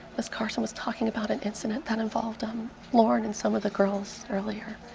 ms. carson was talking about an incident that involved um lauren and some of the girls earlier.